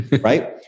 Right